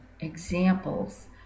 examples